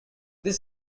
these